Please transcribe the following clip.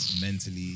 mentally